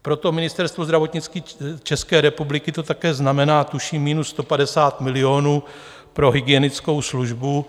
Pro to Ministerstvo zdravotnictví České republiky to také znamená tuším minus 150 milionů pro hygienickou službu.